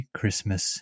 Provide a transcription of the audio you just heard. Christmas